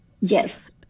yes